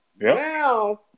Now